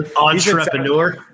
entrepreneur